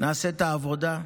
נעשה את העבודה.